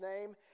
name